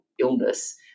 illness